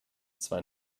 zwar